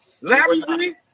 Larry